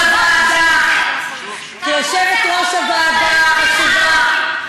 כיושבת-ראש הוועדה החשובה,